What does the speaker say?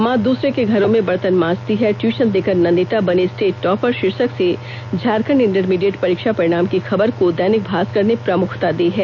मां दूसरे के घरों में बर्तन मांजती है ट्यूशन देकर नंदिता बनी स्टेट टॉपर शीर्षक से झारखंड इंटरमीडिएट परीक्षा परिणाम की खबर को दैनिक भास्कर ने प्रमुखता दी है